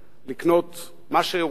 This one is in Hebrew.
לקנות מה שהוא רוצה,